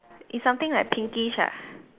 it's something like pinkish ah